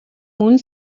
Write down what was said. мөн